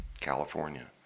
california